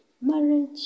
Marriage